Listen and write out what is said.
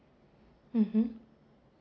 mmhmm